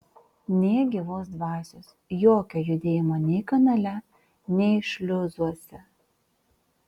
nė gyvos dvasios jokio judėjimo nei kanale nei šliuzuose